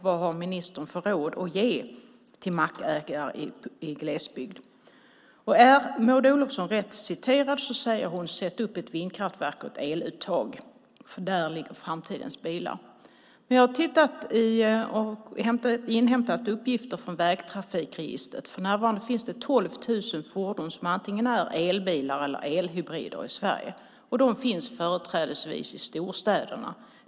Vad har ministern för råd att ge till mackägare i glesbygd? Är Maud Olofsson rätt citerad säger hon: Sätt upp ett vindkraftverk och ett eluttag, för där ligger framtidens bilar. Jag har inhämtat uppgifter från vägtrafikregistret. För närvarande finns det 12 000 bilar som är antingen elbilar eller elhybrider i Sverige. De finns företrädesvis i storstäderna.